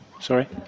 Sorry